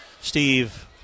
Steve